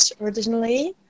originally